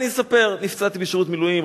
אני אספר: נפצעתי בשירות מילואים,